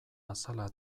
azala